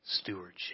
stewardship